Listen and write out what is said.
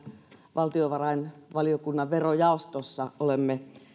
valtiovarainvaliokunnan verojaostossa olemme